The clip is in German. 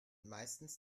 meistens